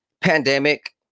pandemic